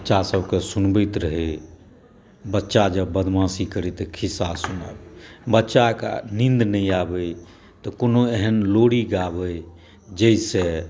बच्चासभक सुनबैत रहय बच्चा जब बदमाशी करय तऽ खिस्सा सुनब बच्चाक नींद नहि आबै तऽ कोनो एहन लोरी गाबै जाहिसॅं